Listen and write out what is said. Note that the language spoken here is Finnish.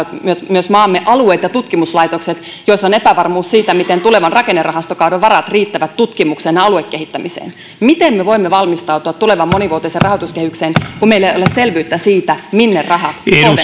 selkeyttä kaipaavat myös maamme alueet ja tutkimuslaitokset joissa on epävarmuus siitä miten tulevan rakennerahastokauden varat riittävät tutkimukseen ja aluekehittämiseen miten me voimme valmistautua tulevaan monivuotiseen rahoituskehykseen kun meillä ei ole selvyyttä siitä minne rahat